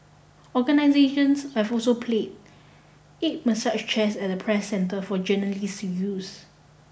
organisations have also place eight massage chairs at the Press Centre for the journalists to use